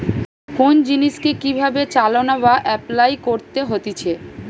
কোন জিনিসকে কি ভাবে চালনা বা এপলাই করতে হতিছে